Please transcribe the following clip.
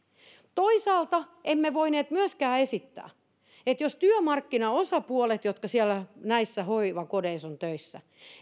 toisaalta emme voineet myöskään esittää että jos työmarkkinaosapuolet jotka siellä näissä hoivakodeissa ovat töissä